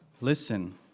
Listen